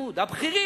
השר,